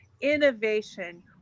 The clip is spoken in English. innovation